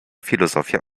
filozofia